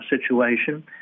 situation